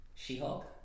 She-Hulk